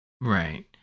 right